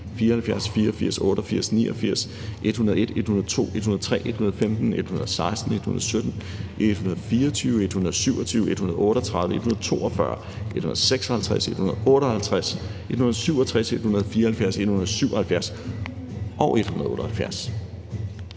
74, 84, 88, 89, 101, 102, 103, 115, 116, 117, 124, 127, 138, 142, 156, 158, 167, 174, 177 og 178.